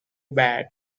bad